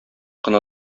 кына